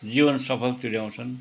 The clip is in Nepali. जीवन सफल तुल्याउँछन्